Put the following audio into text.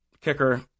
kicker